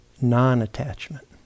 non-attachment